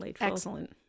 Excellent